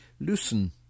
Loosen